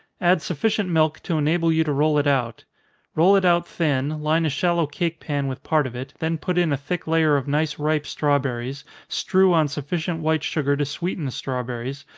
add sufficient milk to enable you to roll it out roll it out thin, line a shallow cake pan with part of it, then put in a thick layer of nice ripe strawberries, strew on sufficient white sugar to sweeten the strawberries,